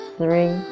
three